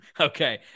okay